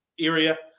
area